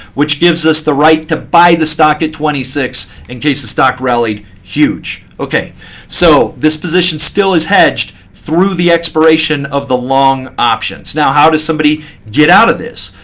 which gives us the right to buy the stock at twenty six in case the stock rallied huge. so this position still is hedged through the expiration of the long options. now how does somebody get out of this?